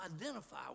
identify